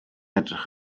edrych